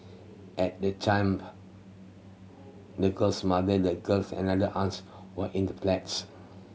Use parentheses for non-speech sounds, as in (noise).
at that time (unintelligible) the girl's mother the girls and another aunt were in the flat